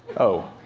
oh?